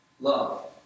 love